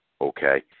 Okay